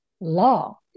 law